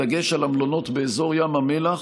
בדגש על המלונות באזור ים המלח,